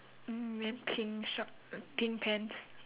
mm then pink shorts pink pants